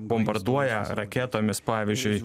bombarduoja raketomis pavyzdžiui